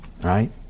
right